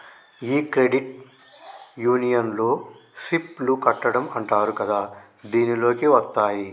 ఈ క్రెడిట్ యూనియన్లో సిప్ లు కట్టడం అంటారు కదా దీనిలోకి వత్తాయి